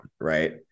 right